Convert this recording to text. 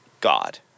God